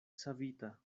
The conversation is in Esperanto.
savita